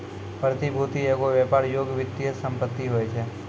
प्रतिभूति एगो व्यापार योग्य वित्तीय सम्पति होय छै